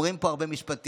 אומרים פה הרבה משפטים.